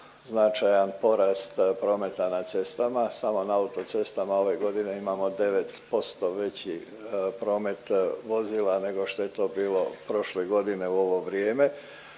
značajan porast prometa na cestama. Samo na autocestama ove godine imamo 9% veći promet vozila nego što je to bilo prošle godine u ovo vrijeme.